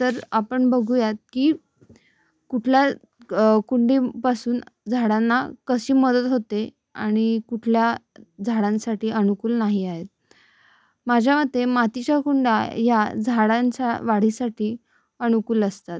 तर आपण बघूयात की कुठल्या कुंडीपासून झाडांना कशी मदत होते आणि कुठल्या झाडांसाठी अनुकूल नाही आहेत माझ्या मते मातीच्या कुंड्या या झाडांच्या वाढीसाठी अनुकूल असतात